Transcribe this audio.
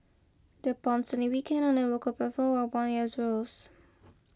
the Pound sterling weakened on the local platform while bond yields rose